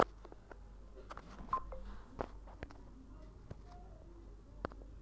कटाई के लिए किस प्रकार के औज़ारों का उपयोग करना चाहिए?